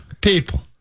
people